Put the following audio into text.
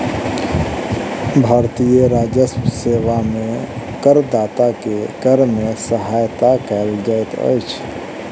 भारतीय राजस्व सेवा में करदाता के कर में सहायता कयल जाइत अछि